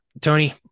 Tony